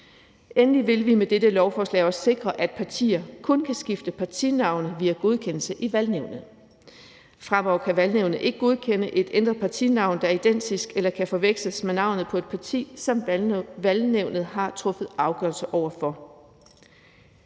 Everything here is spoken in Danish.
Endelig vil vi med dette lovforslag også sikre, at partier kun kan skifte partinavn via godkendelse i Valgnævnet. Fremover kan Valgnævnet ikke godkende et ændret partinavn, der er identisk eller kan forveksles med navnet på et parti, som Valgnævnet har truffet afgørelse om.